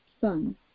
son